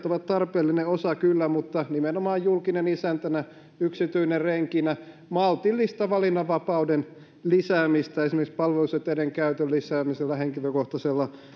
ovat tarpeellinen osa kyllä mutta nimenomaan julkinen isäntänä yksityinen renkinä maltillista valinnanvapauden lisäämistä esimerkiksi palveluseteleiden käytön lisäämisellä ja henkilökohtaisella